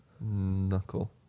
Knuckle